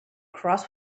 cross